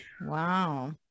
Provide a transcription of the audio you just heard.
Wow